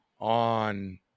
on